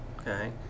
Okay